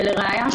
ולראיה,